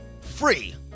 free